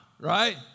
right